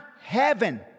heaven